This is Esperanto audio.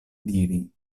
diri